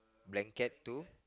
blanket to